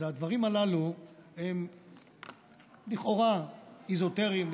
אז הדברים הללו הם לכאורה אזוטריים,